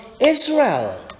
Israel